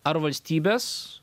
ar valstybės